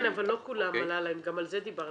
אבל לא כולם עלה להם, גם על זה דיברנו.